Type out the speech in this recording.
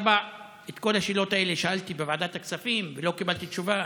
4. את כל השאלות האלה שאלתי בוועדת הכספים ולא קיבלתי תשובה.